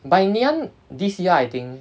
but in Ngee Ann this year I think